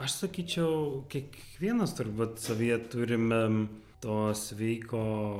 aš sakyčiau kiekvienas turbūt savyje turimem to sveiko